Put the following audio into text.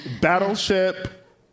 Battleship